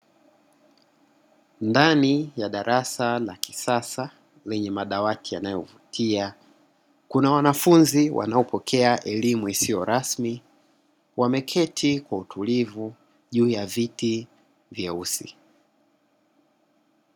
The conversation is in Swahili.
Ndani ya darasa la kisasa lenye madawati yanayovutia, kuna wanafunzi wanaopekea elimu isiyo rasmi wameketi kwa utulivu juu ya viti vyeusi.